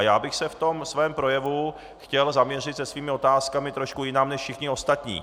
Já bych se v tom svém projevu chtěl zaměřit se svými otázkami trošku jinam než všichni ostatní.